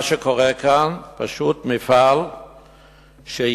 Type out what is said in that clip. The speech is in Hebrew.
מה שקורה כאן, פשוט מפעל שייצר